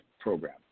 program